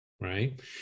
Right